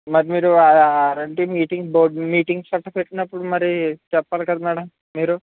మరి మీరు RNT meeting board meetings అలా పెట్టినప్పుడు మరి చెప్పాలి కదా మ్యాడం మీరు